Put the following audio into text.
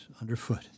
underfoot